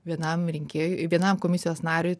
vienam rinkėjui vienam komisijos nariui